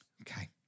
Okay